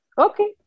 Okay